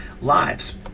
lives